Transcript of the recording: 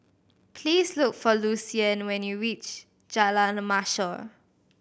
please look for Lucien when you reach Jalan Mashor